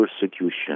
persecution